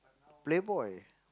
playboy